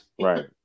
right